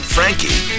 Frankie